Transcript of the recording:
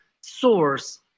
source